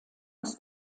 aus